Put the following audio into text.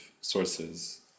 sources